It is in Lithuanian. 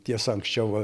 tiesa anksčiau va